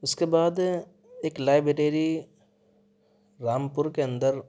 اس کے بعد ایک لائبریری رامپور کے اندر